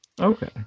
Okay